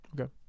Okay